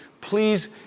please